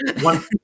one